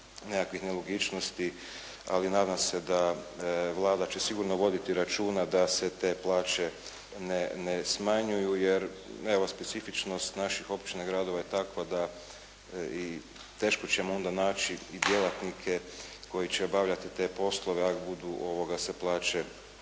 nekakvih nelogičnosti, ali nadama se da Vlada će sigurno voditi računa da se te plaće ne smanjuju, jer evo specifičnost naših općina i gradova je takva da i teško ćemo onda naći i djelatnike koji će obavljati te poslove ako budu se plaće